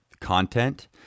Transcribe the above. content